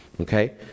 Okay